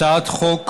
הצעת חוק